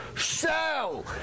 sell